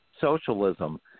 socialism